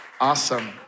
Awesome